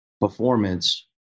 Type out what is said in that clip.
performance